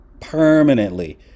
permanently